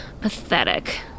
Pathetic